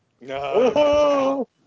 No